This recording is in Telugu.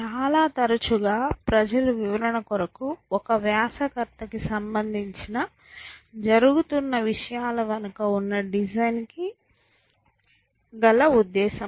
చాలా తరచుగా ప్రజలు వివరణ కొరకు ఒక వ్యాసకర్త కి సంబంధించి జరుగుతున్న విషయాల వెనుక ఉన్న డిజైన్ కి సంబందించిన ఉద్దేశ్యం